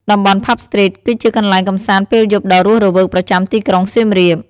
តំបន់ ផាប់ស្ទ្រីត គឺជាកន្លែងកម្សាន្តពេលយប់ដ៏រស់រវើកប្រចាំទីក្រុងសៀមរាប។